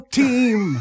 team